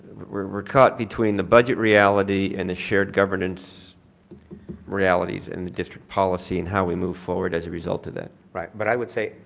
we're caught between the budget reality in the shared governance realities in the district policy and how we move forward as a result to that. right. but i would say,